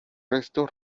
restos